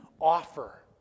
offer